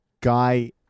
Guy